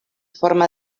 forma